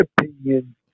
opinion